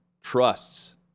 trusts